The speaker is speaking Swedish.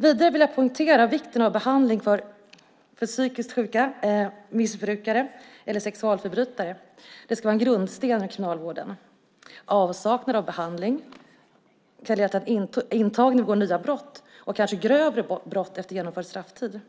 Vidare vill jag poängtera vikten av behandling för psykiskt sjuka, missbrukare eller sexualförbrytare. Det ska vara en grundsten i kriminalvården. Avsaknad av behandling kan leda till att den intagne begår nya brott och kanske grövre brott efter genomförd strafftid.